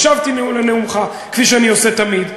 הקשבתי לנאומך, כפי שאני עושה תמיד.